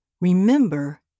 remember